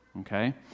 okay